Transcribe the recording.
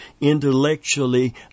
intellectually